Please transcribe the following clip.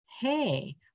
hey